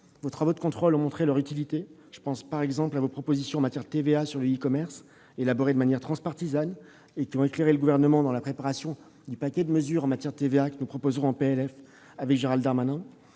Vos travaux de contrôle ont montré leur utilité. Je pense par exemple à vos propositions en matière de TVA sur le e-commerce, élaborées de manière transpartisane, et qui ont éclairé le Gouvernement dans la préparation du « paquet » de mesures en matière de TVA que nous proposerons en projet de loi